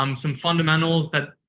um some fundamentals that,